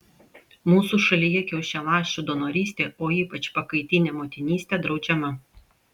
mūsų šalyje kiaušialąsčių donorystė o ypač pakaitinė motinystė draudžiama